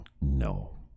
no